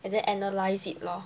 and then analyse it lor